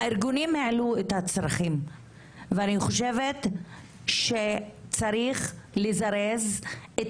הארגונים העלו את הצרכים ואני חושבת שצריך לזרז את